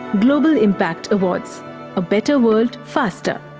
global impact awards a better world, faster.